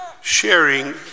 sharing